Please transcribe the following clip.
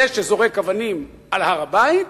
זה שזורק אבנים על הר-הבית